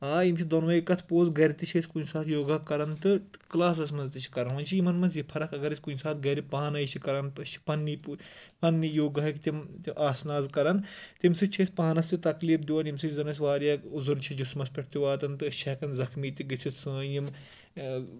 آ یِم چھِ دۄنوَے کَتھٕ پوٚز گرِ تہِ چھِ أسۍ کُنہِ ساتہٕ یوگا کَران تہٕ کٕلاسَس منٛز تہِ چھِ کَران وَنۍ چھِ یِمَن منٛز یہِ فرق اگر أسۍ کُنہِ ساتہٕ گَرِ پانَے چھِ کَران تہٕ أسۍ چھِ پَنٛنی پٲں پَنٛنی یوگاہٕک تِم تہِ آساناس کَران تمہِ سۭتۍ چھِ أسۍ پانَس تہِ تکلیٖف دِوان ییٚمہِ سۭتۍ زَن اَسِہ واریاہ اُزر چھِ جِسمَس پٮ۪ٹھ تہِ واتان تہٕ أسۍ چھِ ہٮ۪کان زخمی تہِ گٔژھِتھ سٲنۍ یِم